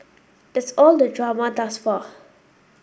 that's all the drama thus far